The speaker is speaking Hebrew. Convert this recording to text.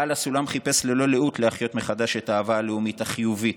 בעל הסולם חיפש ללא לאות להחיות מחדש את האהבה הלאומית החיובית,